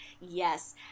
Yes